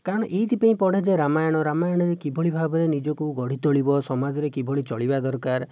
କାରଣ ଏଥିପାଇଁ ପଢ଼େ ଯେ ରାମାୟଣ ରାମାୟଣରେ କିଭଳି ଭାବରେ ନିଜକୁ ଗଢ଼ି ତୋଳିବ ସମାଜରେ କିଭଳି ଚଳିବା ଦରକାର